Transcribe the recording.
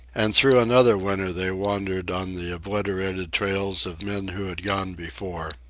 and through another winter they wandered on the obliterated trails of men who had gone before.